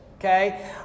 okay